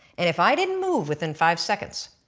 and if i didn't move within five seconds